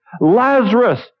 Lazarus